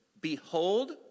Behold